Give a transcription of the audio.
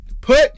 Put